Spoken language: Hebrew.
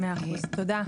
תודה.